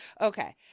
Okay